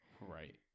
right